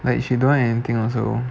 like she don't want anything also